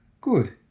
good